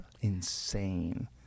insane